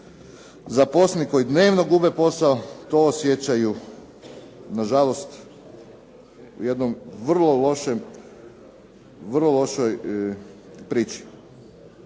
zaposlenih koji dnevno gube posao to osjećaju nažalost u jednoj vrlo lošoj priči.